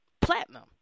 Platinum